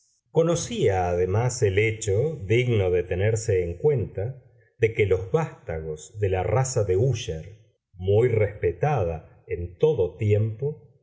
conocía además el hecho digno de tenerse en cuenta de que los vástagos de la raza de úsher muy respetada en todo tiempo